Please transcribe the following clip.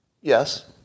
Yes